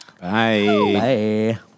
Bye